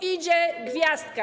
Idzie Gwiazdka.